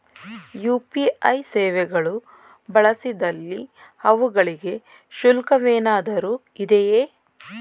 UPI ಸೇವೆಗಳು ಬಳಸಿದಲ್ಲಿ ಅವುಗಳಿಗೆ ಶುಲ್ಕವೇನಾದರೂ ಇದೆಯೇ?